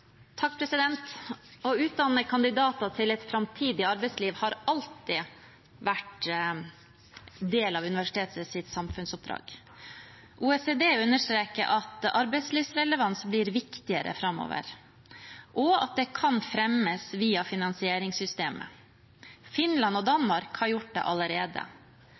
Å utdanne kandidater til et framtidig arbeidsliv har alltid vært del av universitetets samfunnsoppdrag. OECD understreker at arbeidslivsrelevans blir viktigere framover, og at det kan fremmes via finansieringssystem. Finland og Danmark har gjort det allerede.